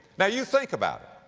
now you think about it.